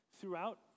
Throughout